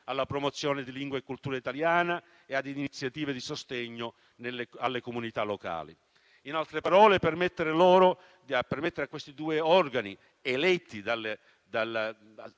alla promozione della lingua e della cultura italiana e alle iniziative di sostegno alle comunità locali. In altre parole, permettere a questi due organi istituzionali eletti